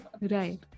Right